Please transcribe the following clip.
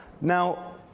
now